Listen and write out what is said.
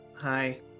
hi